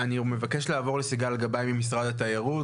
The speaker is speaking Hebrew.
סיגל גבאי ממשרד התיירות,